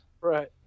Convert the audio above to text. Right